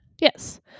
yes